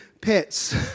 pets